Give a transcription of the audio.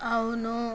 అవును